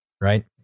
right